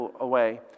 away